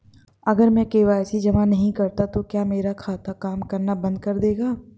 अगर मैं के.वाई.सी जमा नहीं करता तो क्या मेरा खाता काम करना बंद कर देगा?